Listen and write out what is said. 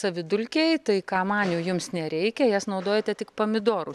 savidulkiai tai kamanių jums nereikia jas naudojate tik pomidorų